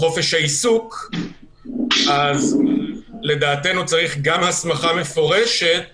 חופש העיסוק, לדעתנו צריך גם הסמכה מפורשת